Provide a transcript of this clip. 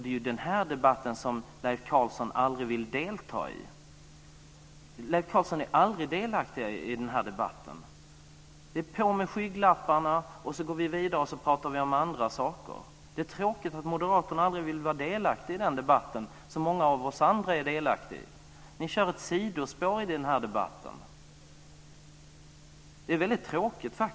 Det är ju den här debatten som Leif Carlson aldrig vill delta i. Leif Carlson är aldrig delaktig i den här debatten. Det är på med skygglapparna, och så går vi vidare och pratar om andra saker. Det är tråkigt att moderaterna aldrig vill vara delaktiga i den debatten, som många av oss andra är delaktiga i. Ni kör ett sidospår i den här debatten. Det är väldigt tråkigt.